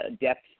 depth